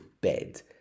bed